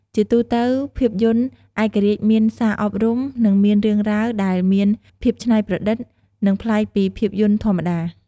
ជាទូទៅភាពយន្តឯករាជ្យមានសារអប់រំ និង មានរឿងរ៉ាវដែលមានភាពច្នៃប្រឌិត និងប្លែកពីភាពយន្តធម្មតា។